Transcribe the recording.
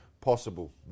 possible